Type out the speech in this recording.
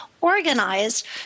organized